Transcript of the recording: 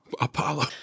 Apollo